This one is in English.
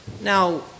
Now